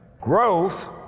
growth